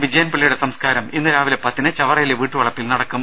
വിജയൻപിള്ളയുടെ സംസ്കാരം ഇന്നു രാവിലെ പത്തിന് ചവറയിലെ വീട്ടുവളപ്പിൽ നടക്കും